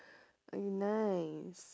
nice